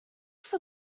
for